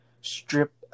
strip